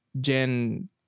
Gen